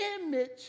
image